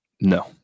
No